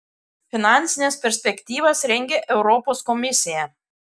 finansines perspektyvas rengia europos komisija